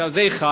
זה אחת.